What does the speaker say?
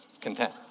content